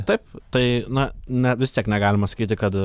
taip tai na na vis tiek negalima sakyti kad